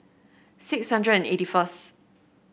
six hundred and eighty first